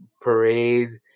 parades